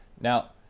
now